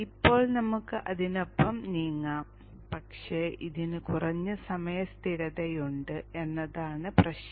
ഇപ്പോൾ നമുക്ക് അതിനൊപ്പം നീങ്ങാം പക്ഷേ ഇതിന് കുറഞ്ഞ സമയ സ്ഥിരതയുണ്ട് എന്നതാണ് പ്രശ്നം